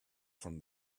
from